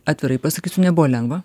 atvirai pasakysiu nebuvo lengva